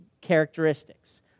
characteristics